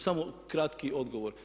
Samo kratki odgovor.